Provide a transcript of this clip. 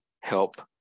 help